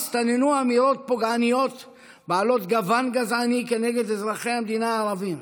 הסתננו אמירות פוגעניות בעלות גוון גזעני כנגד אזרחי המדינה הערבים.